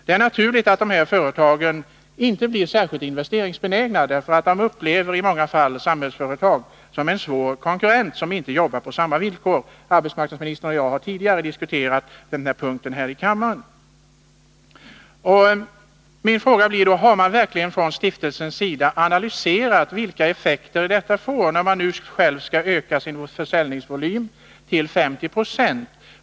Det är naturligt att dessa företag inte blir särskilt investeringsbenägna, eftersom de i många fall upplever Samhällsföretag som en svår konkurrent, som inte jobbar på samma villkor. Arbetsmarknadsministern och jag har tidigare diskuterat den frågan här i kammaren. Min fråga blir då: Har man verkligen från stiftelsens sida analyserat vilka effekter detta får, när man nu själv skall öka sin försäljningsvolym till 50 26?